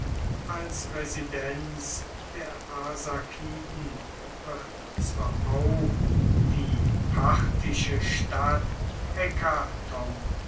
als residenz der arsakiden wird zwar auch die parthische stadt